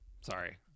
Sorry